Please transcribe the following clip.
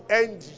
end